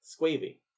Squavy